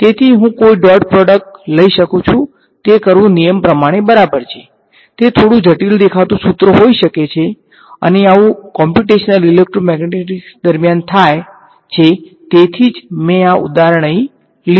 તેથી હું કોઈ ડોટ પ્રોડક્ટ લઈ શકું છું તે કરવું નિયમ પ્રમાણે બરાબર છે તે થોડું જટિલ દેખાતું સુત્ર હોઈ શકે છે અને આવુ કોમ્પ્યુટેશનલ ઇલેક્ટ્રોમેગ્નેટિક્સ દરમિયાન થાય છે તેથી જ મેં આ ઉદાહરણ અહી લીધું છે